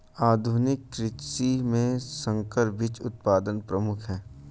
आधुनिक कृषि में संकर बीज उत्पादन प्रमुख है